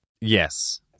yes